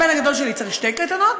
הבן הגדול שלי צריך שתי קייטנות,